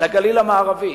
לגליל המערבי.